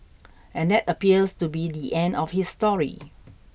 and that appears to be the end of his story